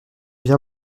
bien